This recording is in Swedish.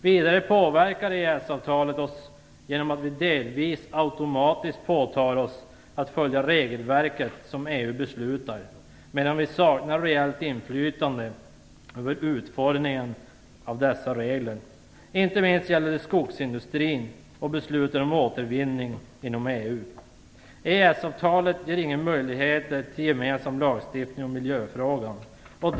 Vidare påverkar EES-avtalet oss genom att vi delvis automatiskt påtar oss att följa det regelverk som EU beslutar, men vi saknar reellt inflytande över utformningen av dessa regler. Inte minst gäller det skogsindustrin och beslutet om återvinning inom EU. EES-avtalet ger ingen möjlighet till gemensam lagstiftning när det gäller miljöfrågor.